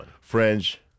French